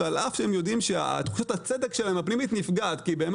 על אף שהם יודעים שתחושת הצדק הפנימית שלהם נפגעת כי הם